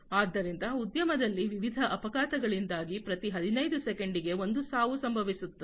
ಆದ್ದರಿಂದ ಉದ್ಯಮದಲ್ಲಿ ವಿವಿಧ ಅಪಘಾತಗಳಿಂದಾಗಿ ಪ್ರತಿ 15 ಸೆಕೆಂಡಿಗೆ ಒಂದು ಸಾವು ಸಂಭವಿಸುತ್ತದೆ